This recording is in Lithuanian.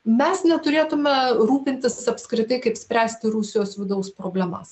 mes neturėtume rūpintis apskritai kaip spręsti rusijos vidaus problemas